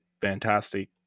fantastic